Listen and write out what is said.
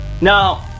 no